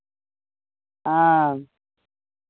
हँ